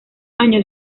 año